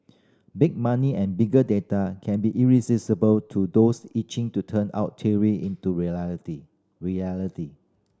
big money and bigger data can be irresistible to those itching to turn theory into reality